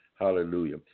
Hallelujah